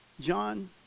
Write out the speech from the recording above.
John